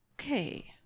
Okay